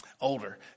older